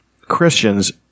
Christians